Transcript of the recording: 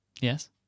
Yes